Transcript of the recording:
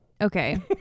Okay